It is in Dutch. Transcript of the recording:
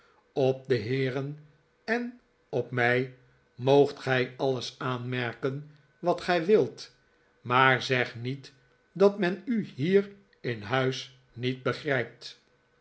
op de heeren en op mij moogt gij alles aanmerken wat gij wilt maar zeg niet dat men u hier in huis niet begrijpt